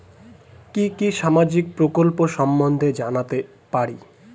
কি কি সামাজিক প্রকল্প সম্বন্ধে জানাতে পারি?